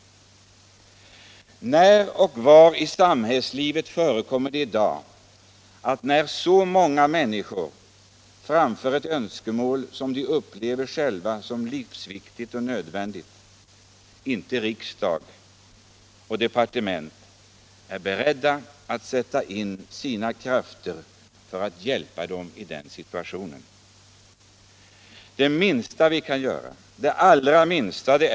När och var i samhällslivet förekommer det i dag att så många människor framför ett önskemål som de själva upplever som livsviktigt och nödvändigt men att riksdag och departement inte är beredda att sätta in sina krafter för att hjälpa dem i den situationen? Nr 36 Det minsta vi kan göra — det allra minsta!